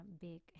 big